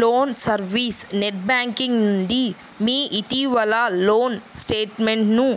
loan service net banking నుండి మీ ఇటీవలి లోన్ స్టేట్మెంట్ను